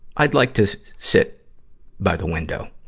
i'd like to sit by the window.